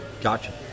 Gotcha